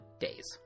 days